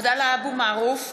(קוראת בשמות חברי הכנסת) עבדאללה אבו מערוף,